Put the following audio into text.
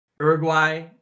Uruguay